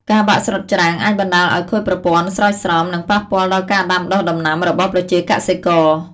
ការបាក់ស្រុតច្រាំងអាចបណ្ដាលឲ្យខូចប្រព័ន្ធស្រោចស្រព និងប៉ះពាល់ដល់ការដាំដុះដំណាំរបស់ប្រជាកសិករ។